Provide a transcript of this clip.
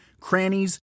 crannies